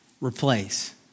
replace